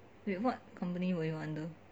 wait what company were you under